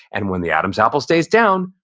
and when the adam's apple stays down,